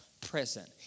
present